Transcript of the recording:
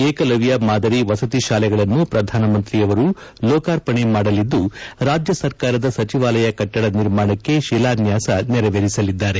ಏಕಲವ್ಯ ಮಾದರಿ ವಸತಿ ಶಾಲೆಗಳನ್ನು ಪ್ರಧಾನಿಯವರು ಲೋಕಾರ್ಪಣೆ ಮಾದಲಿದ್ದು ರಾಜ್ಯ ಸರ್ಕಾರದ ಸಚಿವಾಲಯ ಕಟ್ಟದ ನಿರ್ಮಾಣಕ್ಕೆ ಶಿಲಾನ್ಯಾಸ ನೆರವೇರಿಸಲಿದ್ದಾರೆ